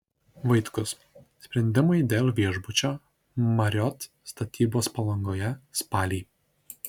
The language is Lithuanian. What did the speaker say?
vaitkus sprendimai dėl viešbučio marriott statybos palangoje spalį